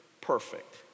perfect